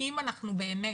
אם אנחנו באמת,